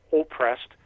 oppressed